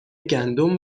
گندم